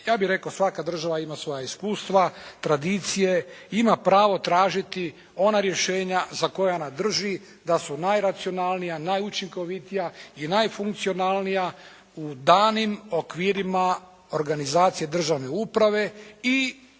Ja bih rekao svaka država ima svoja iskustva, tradicije. Ima pravo tražiti ona rješenja za koja ona drži da su najracionalnija, najučinkovitija i najfunkcionalnija u danim okvirima organizacije državne uprave i u danim